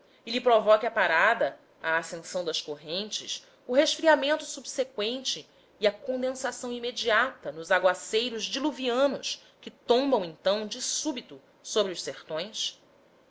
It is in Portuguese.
lhe provoque a parada a ascensão das correntes o resfriamento subseqüente e a condensação imediata nos aguaceiros diluvianos que tombam então de súbito sobre os sertões